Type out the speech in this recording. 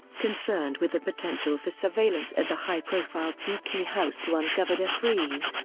concerned with the potential for surveillance at the high-profile peking house to uncover defreeze,